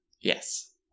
Yes